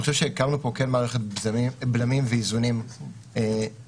אני חושב שהקמנו פה מערכת בלמים ואיזונים נכונה.